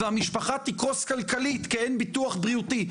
והמשפחה תקרוס כלכלית כי אין ביטוח בריאותי,